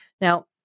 Now